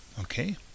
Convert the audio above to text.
okay